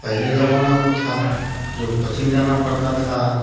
पहले जमाना में था तो कोचिंग जाना पड़ता था